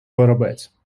воробець